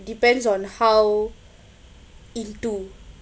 depends on how into